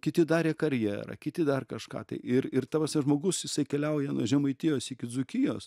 kiti darė karjerą kiti dar kažką tai ir ir ta prasme žmogus jisai keliauja nuo žemaitijos iki dzūkijos